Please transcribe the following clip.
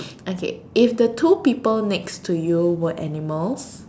okay if the two people next to you were animals